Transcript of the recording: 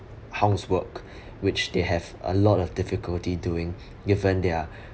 housework which they have a lot of difficulty doing given their